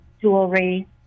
jewelry